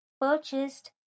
purchased